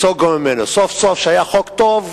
סוף-סוף היה חוק טוב,